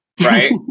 right